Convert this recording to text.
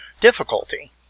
difficulty